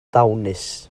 ddawnus